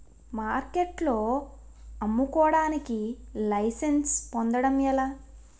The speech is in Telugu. మార్కెట్లో అమ్ముకోడానికి లైసెన్స్ పొందడం ఎలా?